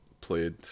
played